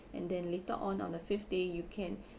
and then later on on the fifth day you can